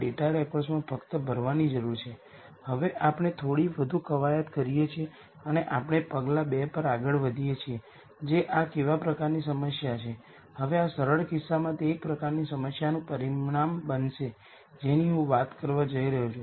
હકીકતમાં Aᵀ A અથવા AAᵀ પ્રકારનાં સિમેટ્રિક મેટ્રિસીઝ ઘણી વાર ડેટા સાયન્સ ગણતરીઓમાં આવે છે